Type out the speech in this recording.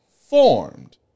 formed